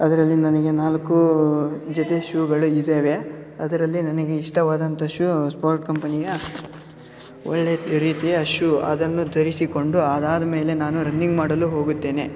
ಅದರಲ್ಲಿ ನನಗೆ ನಾಲ್ಕು ಜೊತೆ ಶೂಗಳು ಇದ್ದಾವೆ ಅದರಲ್ಲಿ ನನಗೆ ಇಷ್ಟವಾದಂಥ ಶೂ ಸ್ಪೋರ್ಟ್ ಕಂಪನಿಯ ಒಳ್ಳೆಯ ರೀತಿಯ ಶೂ ಅದನ್ನು ಧರಿಸಿಕೊಂಡು ಅದಾದ ಮೇಲೆ ನಾನು ರನ್ನಿಂಗ್ ಮಾಡಲು ಹೋಗುತ್ತೇನೆ